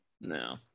no